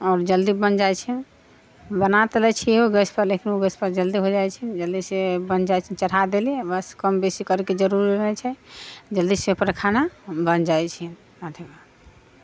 आओर जल्दी बनि जाइ छै बना तऽ लै छियै ओ गैसपर ओ गैसपर जल्दी हो जाइ छै जल्दीसँ बनि जाइ छै चढ़ा देलियै बस कम बेसी करैके जरूरी रहै छै जल्दीसँ ओहिपर खाना बनि जाइ छियै